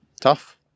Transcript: tough